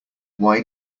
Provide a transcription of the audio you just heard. why